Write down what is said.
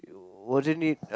wasn't it